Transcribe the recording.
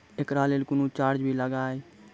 एकरा लेल कुनो चार्ज भी लागैये?